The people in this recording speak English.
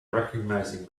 recognizing